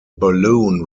balloon